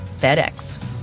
FedEx